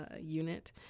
unit